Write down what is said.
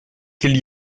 qu’il